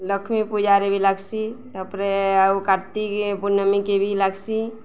ଲକ୍ଷ୍ମୀ ପୂଜାରେ ବି ଲାଗସି ତାପରେ ଆଉ କାର୍ତ୍ତିକ ପୂର୍ଣ୍ଣମୀକି ବି ଲାଗସି